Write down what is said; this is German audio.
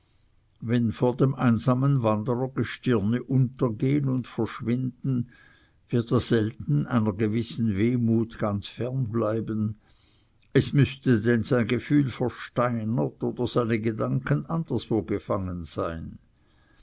wenn vor dem einsamen wanderer gestirne untergehen und verschwinden wird er selten einer gewissen wehmut ganz fern bleiben es müßte denn sein gefühl versteinert oder seine gedanken anderswo gefangen sein